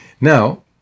Now